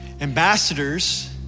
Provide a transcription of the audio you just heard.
ambassadors